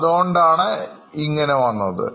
അതുകൊണ്ടാണ് ഇങ്ങനെ വന്നത്